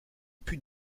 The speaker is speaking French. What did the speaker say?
put